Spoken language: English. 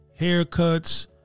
haircuts